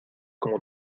como